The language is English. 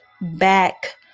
back